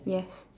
yes